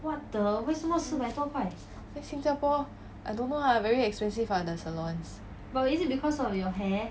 因为新加坡 I don't know ah very expensive ah the salons